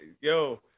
Yo